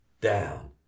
down